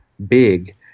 Big